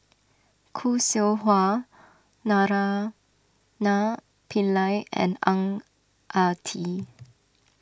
Khoo Seow Hwa Naraina Pillai and Ang Ah Tee